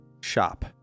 shop